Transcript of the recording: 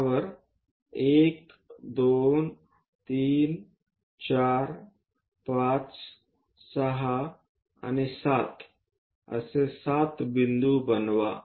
त्यावर 1 2 3 4 5 6 आणि 7 असे सात बिंदू बनवा